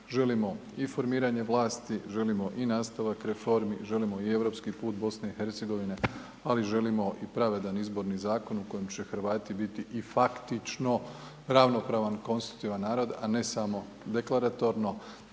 Želimo i formiranje vlasti, želimo i nastavak reformi, želimo i europski put Bosne i Hercegovine, ali želimo i pravedan izborni zakon u kojem će Hrvati biti i faktično ravnopravan konstitutivan narod, a ne samo deklaratorno,